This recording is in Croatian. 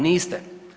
Niste!